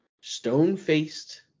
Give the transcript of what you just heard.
Stone-faced